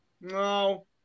no